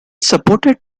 supported